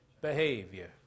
behavior